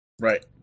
Right